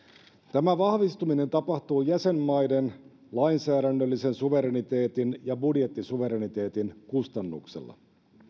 tämä vahvistuminen tapahtuu jäsenmaiden lainsäädännöllisen suvereniteetin ja budjettisuvereniteetin kustannuksella